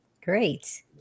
Great